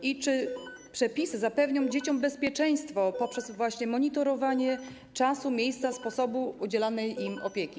I czy przepisy zapewnią dzieciom bezpieczeństwo poprzez właśnie monitorowanie czasu, miejsca, sposobu udzielania im opieki?